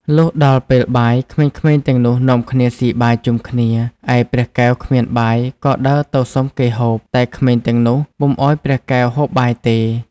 លុះដល់ពេលបាយ ក្មេងៗទាំងនោះនាំគ្នាស៊ីបាយជុំគ្នា ឯព្រះកែវគ្មានបាយ ក៏ដើរទៅសុំគេហូប តែក្មេងទាំងនោះពុំឲ្យព្រះកែវហូបបាយទេ។